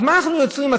אז מה אנחנו יוצרים?